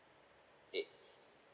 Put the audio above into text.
eight